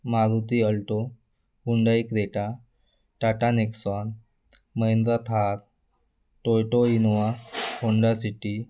Maruti Alto Hyundai Creta Tata Nexon Mahindra Thar Toyota Innova Honda city